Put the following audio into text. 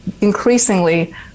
increasingly